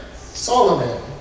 Solomon